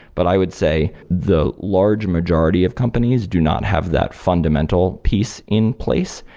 but i would say the large majority of companies do not have that fundamental piece in place.